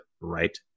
right